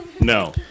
No